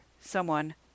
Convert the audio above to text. Someone